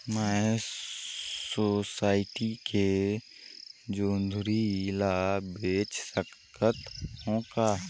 मैं सोसायटी मे जोंदरी ला बेच सकत हो का?